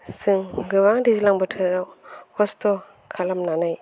जों गोबां दैज्लां बोथोराव खस्थ' खालामनानै